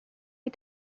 wie